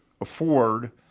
afford